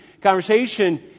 conversation